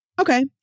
Okay